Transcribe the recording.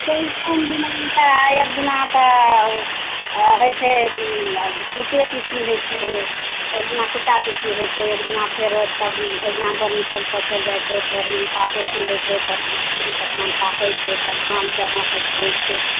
चौरचन दिना तऽ एक दिना तऽ हइ छै कूटे पीसी हइ छै एक दिना कूटा पीसी हइ छै एक दिना फेर तब एक दिना घरमे तब पोछल जाइ छै फेर निपा पोती हइ छै तब पूरी पकमान पाकै छै तब सामके हाथ उठबै छै